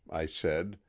i said,